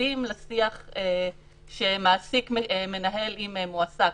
מקדים לשיח שמעסיק מנהל עם מועסק.